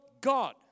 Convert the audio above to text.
God